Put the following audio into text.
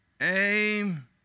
aim